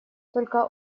только